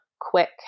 quick